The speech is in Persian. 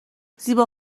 زیبا